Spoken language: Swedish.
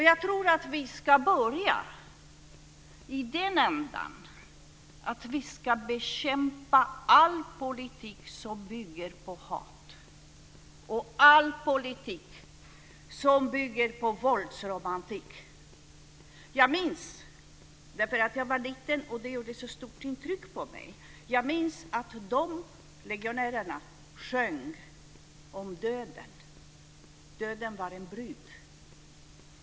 Jag tror att vi ska börja i den ändan att vi ska bekämpa all politik som bygger på hat och all politik som bygger på våldsromantik. Jag minns, därför att jag var liten och det gjorde så stort intryck på mig, att legionärerna sjöng om döden. Döden var en brud.